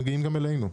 מגיעים גם אלינו.